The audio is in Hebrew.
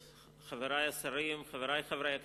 תודה רבה, חברי השרים, חברי חברי הכנסת,